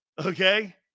Okay